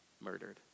murdered